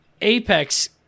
Apex